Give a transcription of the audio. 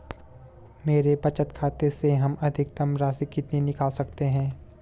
मेरे बचत खाते से हम अधिकतम राशि कितनी निकाल सकते हैं?